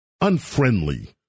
unfriendly